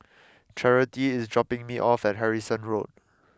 Charity is dropping me off at Harrison Road